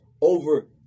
over